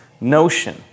notion